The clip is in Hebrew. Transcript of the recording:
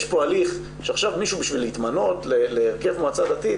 יש פה הליך שעכשיו מישהו בשביל להתמנות להרכב מועצה דתית,